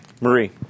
Marie